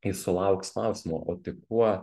jis sulauks klausimo o tai kuo